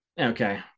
Okay